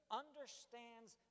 understands